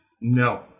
No